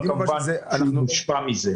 אבל כמובן הוא מושפע מזה.